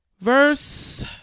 Verse